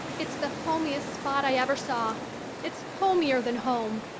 it's the homiest spot i ever saw it's homier than home,